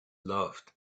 laughed